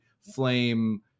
flame